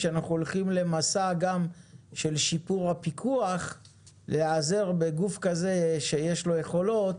כשאנחנו הולכים למסע גם של שיפור הפיקוח להיעזר בגוף כזה שיש לו יכולות